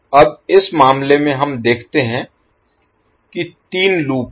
अब इस मामले में हम देखते हैं कि तीन लूप हैं